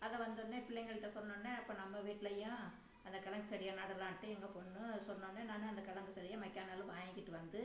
அதை வந்தவுடனே பிள்ளைங்கள்கிட்ட சொன்னவுடனே இப்போ நம்ம வீட்லையும் அந்த கிழங்கு செடியை நடலாம்ட்டு எங்கள் பொண்ணு சொன்னவுடனே நானும் அந்த கிழங்கு செடியை மக்யான் நாள் வாங்கிகிட்டு வந்து